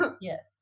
yes